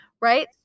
right